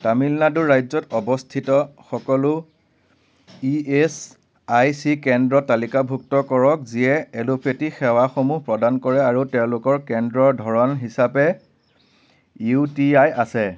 তামিলনাডু ৰাজ্যত অৱস্থিত সকলো ই এচ আই চি কেন্দ্ৰ তালিকাভুক্ত কৰক যিয়ে এলোপেথী সেৱাসমূহ প্ৰদান কৰে আৰু তেওঁলোকৰ কেন্দ্ৰৰ ধৰণ হিচাপে ইউ টি আই আছে